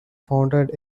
founded